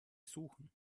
suchen